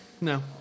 No